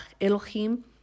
Elohim